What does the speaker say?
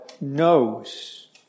knows